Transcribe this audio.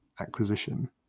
acquisition